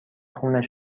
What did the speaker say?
خونش